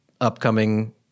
upcoming